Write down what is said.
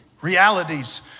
realities